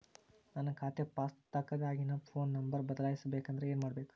ನನ್ನ ಖಾತೆ ಪುಸ್ತಕದಾಗಿನ ಫೋನ್ ನಂಬರ್ ಬದಲಾಯಿಸ ಬೇಕಂದ್ರ ಏನ್ ಮಾಡ ಬೇಕ್ರಿ?